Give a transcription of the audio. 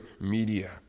media